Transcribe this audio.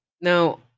now